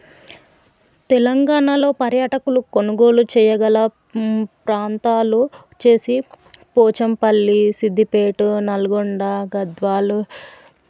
తెలంగాణలో పర్యాటకులు కొనుగోలు చేయగల ప్రాంతాలు చేసి పోచంపల్లి సిద్దిపేట నల్గొండ గద్వాలు